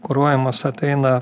kuruojamos ateina